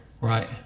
Right